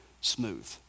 smooth